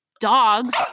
dogs